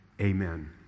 Amen